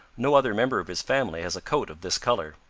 no other member of his family has a coat of this color.